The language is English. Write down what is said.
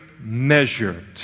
measured